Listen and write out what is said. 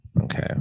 Okay